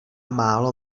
málo